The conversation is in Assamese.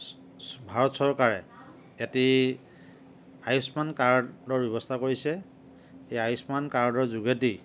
ভাৰত চৰকাৰে এটি আয়ুস্মান কাৰ্ডৰ ব্যৱস্থা কৰিছে এই আয়ুস্মান কাৰ্ডৰ যোগেদি